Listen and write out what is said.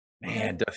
Man